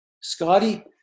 Scotty